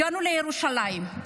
הגענו לירושלים,